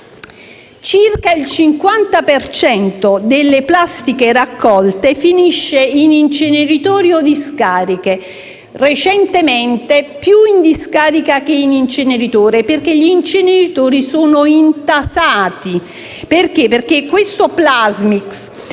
Circa il 50 per cento delle plastiche raccolte finisce in inceneritori o discariche; recentemente più in discarica che in inceneritore, perché gli inceneritori sono intasati. Il Plasmix,